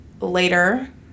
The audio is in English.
later